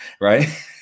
right